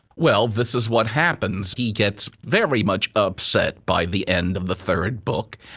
well, this is what happens. he gets very much upset by the end of the third book,